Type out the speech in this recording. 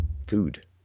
Food